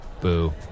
Boo